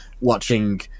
watching